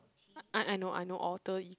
uh I know I know Alter E